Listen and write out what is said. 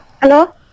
Hello